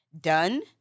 done